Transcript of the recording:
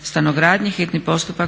sabora, hitni postupak